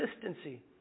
consistency